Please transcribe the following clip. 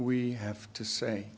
we have to say